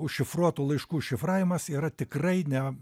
užšifruotų laiškų šifravimas yra tikrai ne